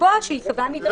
שייקבע מדרג בתקנות.